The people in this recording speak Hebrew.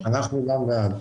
אנחנו גם בעד.